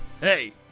Hey